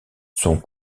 son